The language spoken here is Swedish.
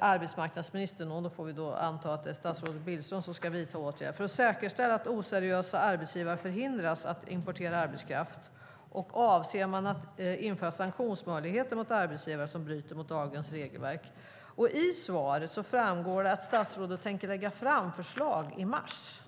arbetsmarknadsministern att vidta - nu får vi förstås anta att det är statsrådet Billström som ska vidta åtgärder - för att säkerställa att oseriösa arbetsgivare förhindras att importera arbetskraft? Avser man att införa sanktionsmöjligheter mot arbetsgivare som bryter mot dagens regelverk? Av svaret framgår att statsrådet tänker lägga fram förslag i mars.